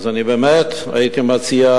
אז אני באמת הייתי מציע,